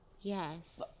Yes